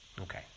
Okay